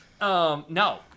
No